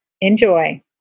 Enjoy